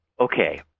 okay